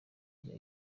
rya